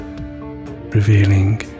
revealing